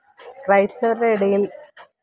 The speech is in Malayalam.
ക്രൈസ്തവരുടെ ഇടയില്